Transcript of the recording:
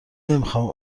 نمیخام